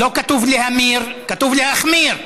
לא כתוב "להמיר"; כתוב "להחמיר".